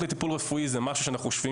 הזכות לטיפול רפואי זה משהו שאנחנו חושבים